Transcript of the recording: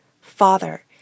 Father